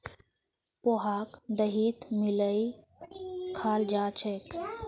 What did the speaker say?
पोहाक दहीत मिलइ खाल जा छेक